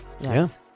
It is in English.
yes